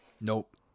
Nope